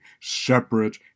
separate